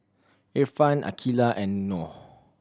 Irfan Aqeelah and Noh